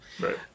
right